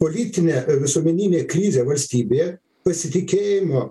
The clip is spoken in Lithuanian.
politinė visuomeninė krizė valstybėje pasitikėjimo